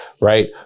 right